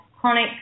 chronic